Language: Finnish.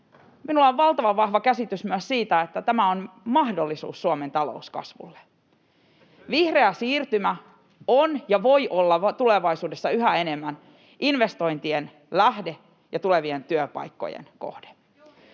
minulla on valtavan vahva käsitys myös siitä, että tämä on mahdollisuus Suomen talouskasvulle. Vihreä siirtymä on ja voi olla tulevaisuudessa yhä enemmän investointien lähde ja tulevien työpaikkojen kohde.